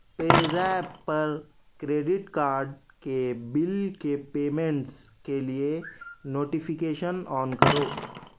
پے zip پر credit card کے bill کے پیمینٹس کے لیے نوٹیفکیشن آن کرو